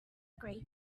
grapes